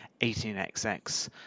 18xx